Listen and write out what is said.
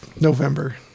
November